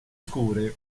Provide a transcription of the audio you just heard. scure